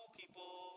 people